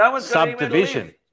subdivision